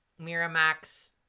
Miramax